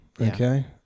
okay